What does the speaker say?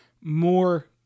more